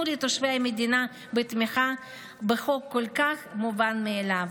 לתושבי המדינה בתמיכה בחוק כל כך מובן מאליו.